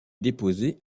déposée